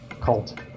cult